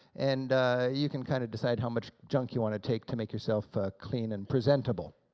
and you can kind of decide how much junk you want to take to make yourself clean and presentable.